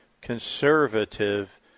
conservative